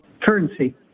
currency